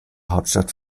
hauptstadt